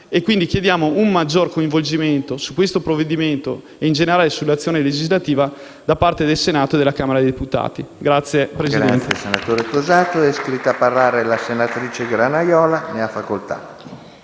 e quindi chiediamo un maggiore coinvolgimento su questo provvedimento e in generale sull'azione legislativa da parte del Senato e della Camera dei deputati. *(Applausi dal Gruppo* *LN-Aut)*. PRESIDENTE. È iscritta a parlare la senatrice Granaiola. Ne ha facoltà.